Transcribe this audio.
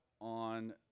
on